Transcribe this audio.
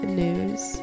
news